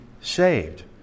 saved